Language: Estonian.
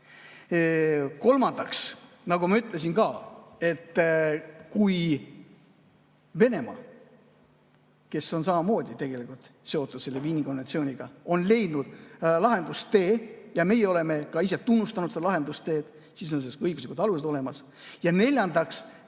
Kolmandaks, nagu ma ütlesin ka, et kui Venemaa, kes on samamoodi tegelikult seotud Viini konventsiooniga, on leidnud lahendustee ja meie oleme ka ise tunnustanud seda lahendusteed, siis on selleks õiguslikud alused olemas. Ja neljandaks: